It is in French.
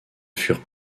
furent